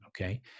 Okay